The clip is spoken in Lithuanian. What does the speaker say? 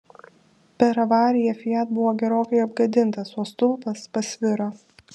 per avariją fiat buvo gerokai apgadintas o stulpas pasviro